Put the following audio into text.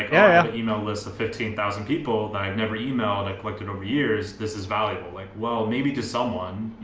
yeah email list of fifteen thousand people that i've never emailed i've collected over years, this is valuable. like, well maybe to someone.